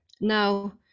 now